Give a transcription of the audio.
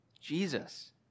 Jesus